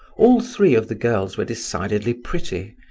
all three of the girls were decidedly pretty,